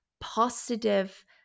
positive